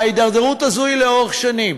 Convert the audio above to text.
וההידרדרות הזאת היא לאורך שנים.